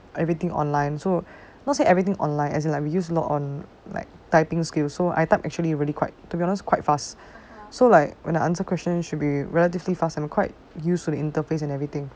everything online so not say everything online as in like we use lot on like typing skills so I type actually really quite to be honest quite fast so like when the answer question should be relatively fast and quite use to the interface and everything